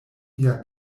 mia